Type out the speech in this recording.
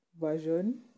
version